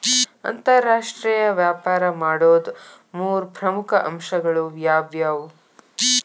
ಅಂತರಾಷ್ಟ್ರೇಯ ವ್ಯಾಪಾರ ಮಾಡೋದ್ ಮೂರ್ ಪ್ರಮುಖ ಅಂಶಗಳು ಯಾವ್ಯಾವು?